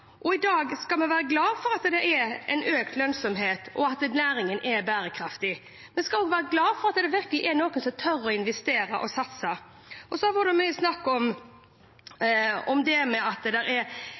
I dag skal vi være glad for at det er økt lønnsomhet, og at næringen er bærekraftig. Vi skal også være glad for at det virkelig er noen som tør å investere og satse. Så har det vært mye snakk om